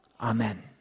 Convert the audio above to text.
Amen